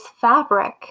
fabric